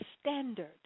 standard